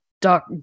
Dark